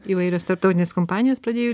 įvairios tarptautinės kompanijos pradėjo